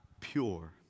pure